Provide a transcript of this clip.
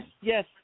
yes